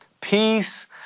peace